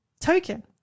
token